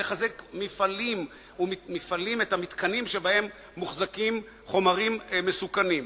לחזק מפעלים ומתקנים שבהם מוחזקים חומרים מסוכנים.